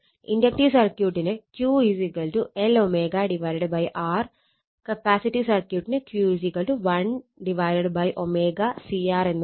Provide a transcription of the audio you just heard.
inductive സർക്യൂട്ടിന് Q L ω R എന്നും capacitive സർക്യൂട്ടിന് Q 1ω C R എന്നുമാണ്